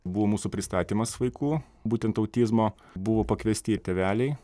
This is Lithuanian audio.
buvo mūsų pristatymas vaikų būtent autizmo buvo pakviesti ir tėveliai